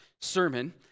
sermon